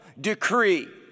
decree